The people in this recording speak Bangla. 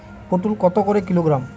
পটল কত করে কিলোগ্রাম?